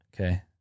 Okay